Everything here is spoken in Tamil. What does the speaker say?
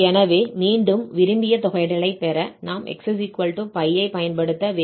எனவே மீண்டும் விரும்பிய தொகையிடலைப் பெற நாம் x π ஐப் பயன்படுத்த வேண்டும்